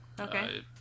Okay